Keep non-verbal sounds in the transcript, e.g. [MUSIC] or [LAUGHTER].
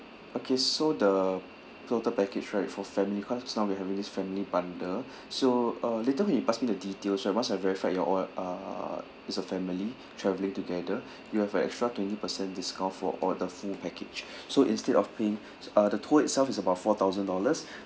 okay so the total package right for family because now we having this family bundle [BREATH] so uh later when you pass me the details right once I verify your a~ uh is a family travelling together you have a extra twenty percent discount for all the full package [BREATH] so instead of paying uh the tour itself is about four thousand dollars